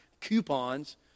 coupons